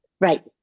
Right